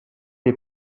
les